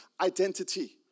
identity